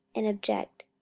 and object,